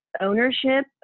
ownership